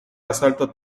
asalto